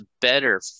better